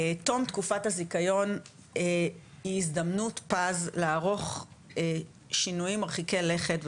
תום תקופת הזיכיון היא הזדמנות פז לערוך שינויים מרחיקי לכת,